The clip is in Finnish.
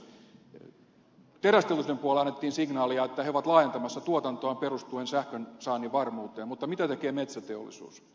terästeollisuuden puolella annettiin signaalia että he ovat laajentamassa tuotantoaan perustuen sähkönsaannin varmuuteen mutta mitä tekee metsäteollisuus